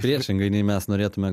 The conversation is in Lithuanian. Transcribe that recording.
priešingai nei mes norėtume